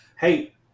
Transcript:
Hey